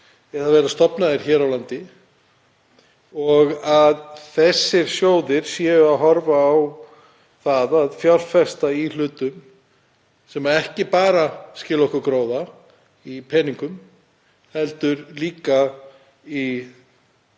þeir séu stofnaðir hér á landi og að þessir sjóðir séu að horfa á það að fjárfesta í hlutum sem skila okkur ekki bara gróða í peningum heldur líka